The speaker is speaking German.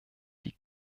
die